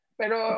pero